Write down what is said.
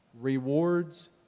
rewards